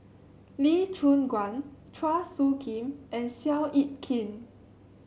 Lee Choon Guan Chua Soo Khim and Seow Yit Kin